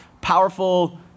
powerful